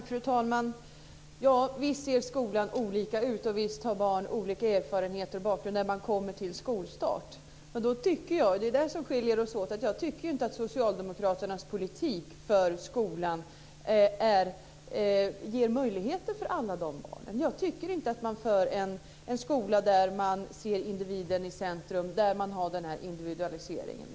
Fru talman! Visst ser skolan olika ut, och visst har barn olika erfarenhet och bakgrund när de kommer till skolstart. Men där skiljer vi oss åt. Jag tycker nämligen inte att Socialdemokraternas politik för skolan ger möjligheter för alla de här barnen. Jag tycker inte att man har en skola där man ser individen i centrum och har denna individualisering.